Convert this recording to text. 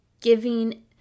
giving